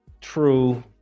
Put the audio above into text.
True